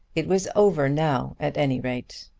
it was over now at any rate.